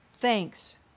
thanks